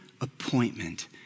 appointment